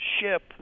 ship